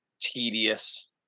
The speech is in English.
tedious